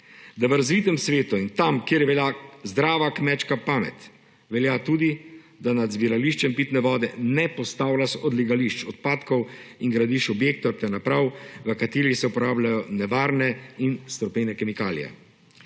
da v razvitem svetu in tam, kjer velja zdrava kmečka pamet, velja tudi, da nad zbirališčem pitne vode ne postavljaš odlagališč odpadkov in gradiš objektov ter naprav, v katerih se uporabljajo nevarne in strupene kemikalije.